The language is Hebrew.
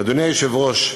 אדוני היושב-ראש,